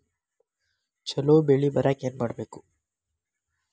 ಛಲೋ ಬೆಳಿ ಬರಾಕ ಏನ್ ಮಾಡ್ಬೇಕ್?